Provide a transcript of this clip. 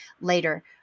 later